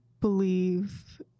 believe